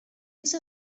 use